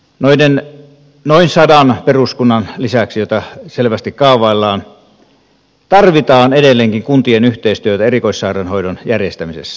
noiden noin sadan peruskunnan lisäksi joita selvästi kaavaillaan tarvitaan edelleenkin kuntien yhteistyötä erikoissairaanhoidon järjestämisessä